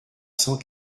cent